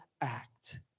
act